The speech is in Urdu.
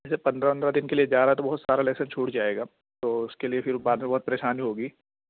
جیسے پندرہ وندرہ دن کے لیے جا رہا ہے تو بہت سارا لیسن چھوٹ جائے گا تو اس کے لیے پھر وہ بعد میں پھر بہت پریشانی ہوگی